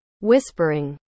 Whispering